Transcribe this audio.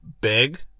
big